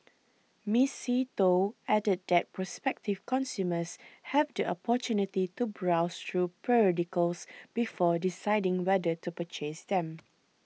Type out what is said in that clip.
Miss See Tho added that prospective consumers have the opportunity to browse through periodicals before deciding whether to purchase them